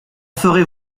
ferez